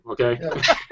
okay